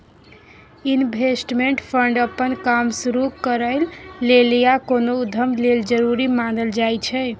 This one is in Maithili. इन्वेस्टमेंट फंड अप्पन काम शुरु करइ लेल या कोनो उद्यम लेल जरूरी मानल जाइ छै